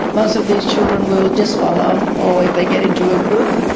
most of these children will just follow, or if they get into a group.